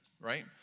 Right